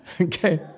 Okay